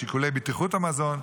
שיקולי בטיחות המזון,